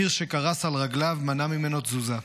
קיר שקרס על רגליו מנע ממנו תזוזה.